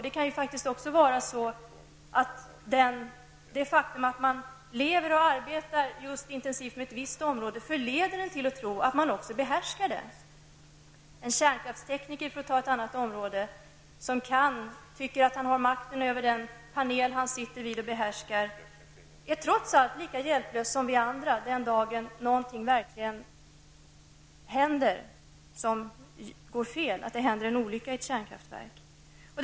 Det kan ju faktiskt också vara så att det faktum att man lever och arbetar intensivt inom ett visst område förleder en att tro att man också behärskar det. En kärnkraftstekniker, för att ta ett exempel från ett annat område, tycker att han har kontroll över den panel han sitter vid och att han behärskar den. Han är trots allt lika hjälplös som vi andra den dag då någonting verkligen händer och det inträffar en olycka i kärnkraftverket.